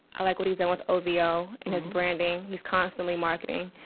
i like what he's done with ovo and his branding. he's constantly marketing.